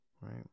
right